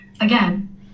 Again